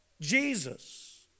Jesus